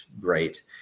great